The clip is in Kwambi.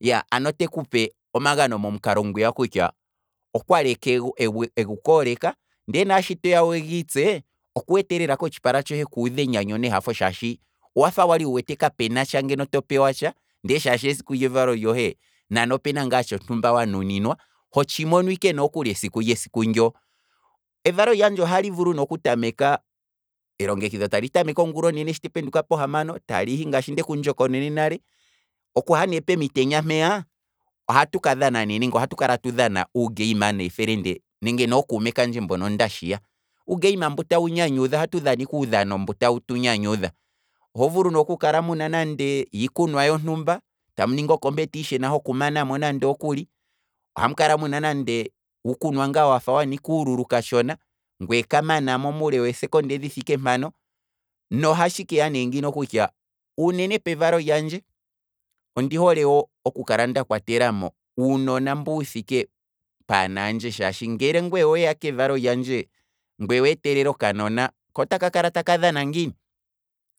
Iya, ano tekupe omagno momukalo ngwiya kutya ano okwa egu kooleka, ndee nashi tiya wugiitse oku wete lela kotshipala tshohe kuudha enyanyu shashi owafa wali wu wete kape natsha ngeno to pewatsha, ndee shaashi esiku lyevalo lyohe nani opena ngaa tsho ntumba wanuninwa, hotshi mono ike nokuli esiku lyesiku ndyoo, evalo lyandje ohali vulu ne okutameka, elongekidho tali tameke ongula onene shi tependuka pohamano, ta lihi ngaashi ndeku ndjokononene nale, okuha ne pomitenya mpeya, ohatu ka dhana nenge ohatu kala atu dhana uu game neefelende nenge nookume kandje mbono nda shiya, uugame mbo tawu nyanyudha ohatu dhana ike uudhano mbu tawu tu nyanyudha, oho vulu ne okukala muna nande iikunwa yontumba, tamuningi o competition yokumanamo nande okuli, ohamu kala muna nande uukunwa wafa wanika uululu kashona, ngwee kamanamo muule weseconde dhi thike mpano, no hatshi keya ne ngino kutya, unene pevalo lyandje uunona mbu wuthike paanandje shaashi, ngele ngweye oweya kefalo lyandje ngwee weetelela okanona koo taka kala taka dhana ngiini?